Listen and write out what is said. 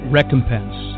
recompense